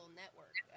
network